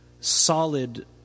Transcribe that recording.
solid